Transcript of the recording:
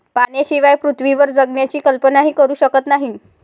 पाण्याशिवाय पृथ्वीवर जगण्याची कल्पनाही करू शकत नाही